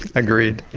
agreed.